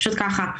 פשוט כך.